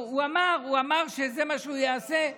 הוא אמר, הוא אמר שזה מה שהוא יעשה.